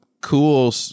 cool